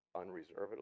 unreservedly